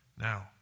Now